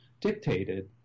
dictated